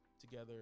together